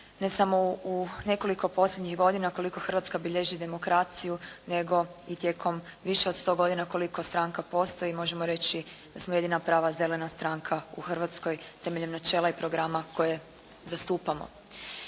ne samo u nekoliko posljednjih godina koliko Hrvatska bilježi demokraciju, nego i tijekom više od 100 godina koliko stranka postoji i možemo reći da smo jedina prava zelena stranka u Hrvatskoj temeljem načela i programa koje zastupamo.